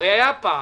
הרי היה פער.